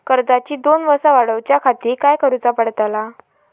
कर्जाची दोन वर्सा वाढवच्याखाती काय करुचा पडताला?